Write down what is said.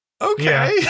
okay